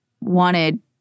wanted